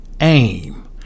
aim